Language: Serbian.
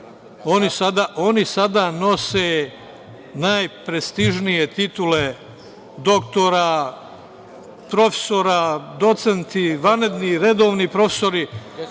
Oni sada nose najprestižnije titule doktora, profesora, docenti, vanredni, redovni profesori.